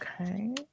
Okay